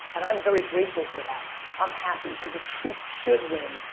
and i'm very grateful for that. i'm happy cause the truth should win,